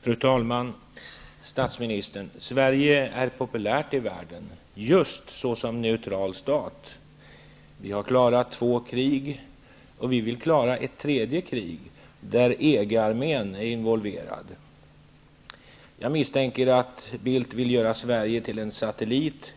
Fru talman! Statsministern! Sverige är populärt i världen, just såsom neutral stat. Vi har klarat två krig, och vi vill klara ett tredje krig, där EG-armén är involverad. Jag misstänker att Bildt vill göra Sverige till en satellit,